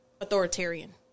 authoritarian